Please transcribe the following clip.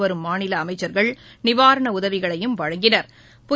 வரும் மாநிலஅமைச்சா்கள் நிவாரணஉதவிகளையும் வழங்கினா்